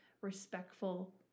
respectful